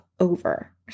over